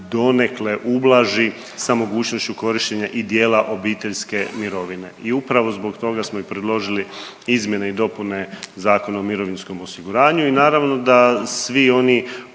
donekle ublaži sa mogućnošću korištenja i dijela obiteljske mirovine i upravo zbog toga smo i predložili izmjene i dopune Zakona o mirovinskom osiguranju i naravno da svi oni